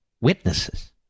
witnesses